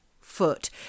foot